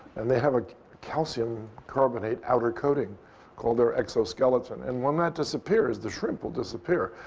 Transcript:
and they have a calcium carbonate outer coating called their exoskeleton. and when that disappears, the shrimp will disappear.